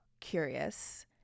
curious